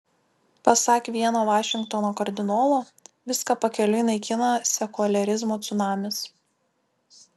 pasak vieno vašingtono kardinolo viską pakeliui naikina sekuliarizmo cunamis